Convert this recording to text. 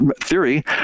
theory